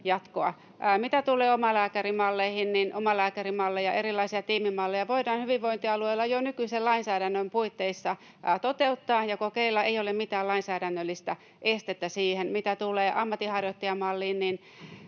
jatkoa. Mitä tulee omalääkärimalleihin, niin omalääkärimalleja ja erilaisia tiimimalleja voidaan hyvinvointialueilla jo nykyisen lainsäädännön puitteissa toteuttaa ja kokeilla. Ei ole mitään lainsäädännöllistä estettä siihen. Mitä tulee ammatinharjoittajamalliin,